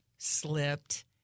slipped